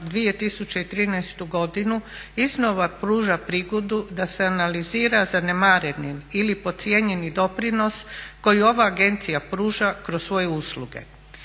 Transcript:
2013. godinu iznova pruža prigodu da se analizira zanemareni ili podcijenjeni doprinos koji ova agencija pruža kroz svoje usluge.